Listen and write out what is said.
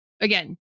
Again